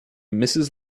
mrs